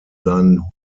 seinen